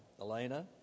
Elena